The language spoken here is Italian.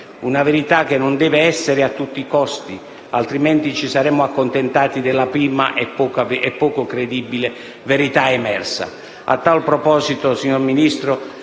Una verità che non deve essere a tutti i costi, altrimenti ci saremmo accontentati della prima e poco credibile verità emersa.